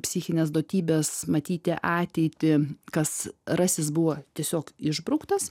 psichinės duotybės matyti ateitį kas rasis buvo tiesiog išbrauktas